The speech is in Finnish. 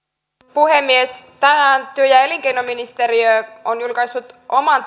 puhemies tänään työ ja elinkeinoministeriö on julkaissut oman